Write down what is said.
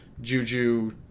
Juju